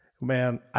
Man